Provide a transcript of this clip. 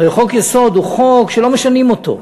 הרי חוק-יסוד הוא חוק שלא משנים אותו,